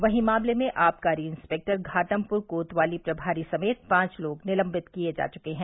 वही मामले में आबकारी इंस्पेक्टर घाटमपुर कोतवाली प्रभारी समेत पांच लोग निलंबित किये जा चुके है